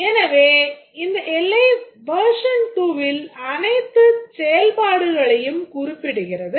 எனவே இந்த எல்லை version 2வின் அனைத்துச் செயல்பாடுகளையும் குறிப்பிடுகிறது